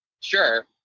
sure